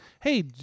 hey